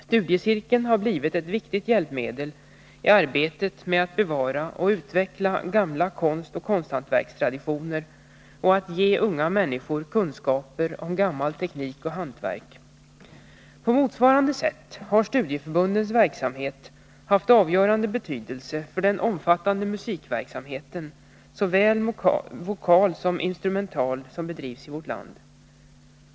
Studiecirkeln har blivit ett viktigt hjälpmedel i arbetet med att bevara och utveckla gamla konstoch konsthantverkstraditioner och att ge unga människor kunskaper om gamla tekniker och hantverk. På motsvarande sätt har studieförbundens verksamhet haft avgörande betydelse för den omfattande musikverksamhet, såväl vokal som instrumental, som bedrivs i vårt land.